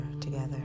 together